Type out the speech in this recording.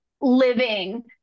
living